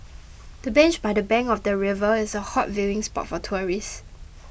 the bench by the bank of the river is a hot viewing spot for tourists